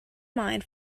mind